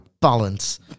balance